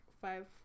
five